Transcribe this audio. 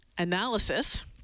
Analysis